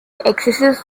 excessive